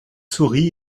souris